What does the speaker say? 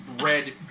red